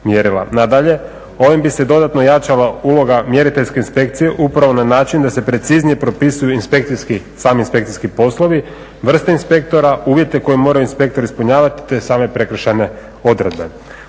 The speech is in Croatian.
Nadalje, ovim bi se dodatno jačala uloga mjeriteljske inspekcije upravo na način da se preciznije propisuju inspekcijski, sami inspekcijski poslovi, vrste inspektora, uvjete koje moraju inspektori ispunjavati te same prekršajne odredbe.